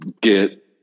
get